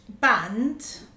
band